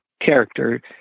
character